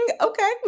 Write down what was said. okay